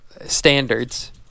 standards